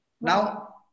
Now